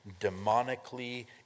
demonically